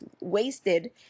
wasted